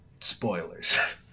Spoilers